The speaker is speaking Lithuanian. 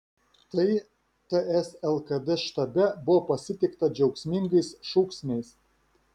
tai ts lkd štabe buvo pasitikta džiaugsmingais šūksniais